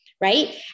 right